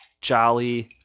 Jolly